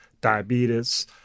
diabetes